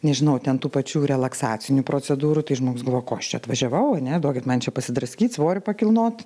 nežinau ten tų pačių relaksacinių procedūrų tai žmogus galvoja ko aš čia atvažiavau ar ne duokit man čia pasidraskyt svorių pakilnot